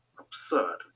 absurd